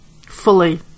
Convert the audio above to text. Fully